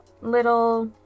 little